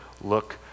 look